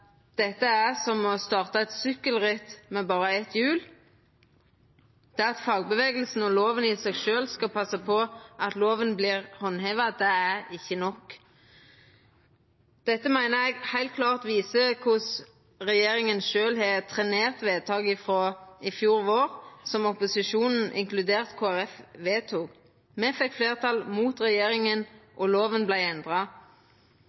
dette er som å starta eit sykkelritt med berre eitt hjul. Det at fagrørsla og loven i seg sjølv skal passa på at loven vert handheva, er ikkje nok. Dette meiner eg heilt klart viser korleis regjeringa sjølv har trenert vedtaket frå i fjor vår, som opposisjonen, inkludert Kristeleg Folkeparti, vedtok. Me fekk fleirtal mot regjeringa, og loven vart endra,